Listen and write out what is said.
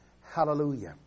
Hallelujah